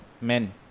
men